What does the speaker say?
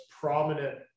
prominent